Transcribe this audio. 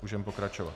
Můžeme pokračovat.